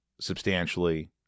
substantially